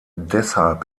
deshalb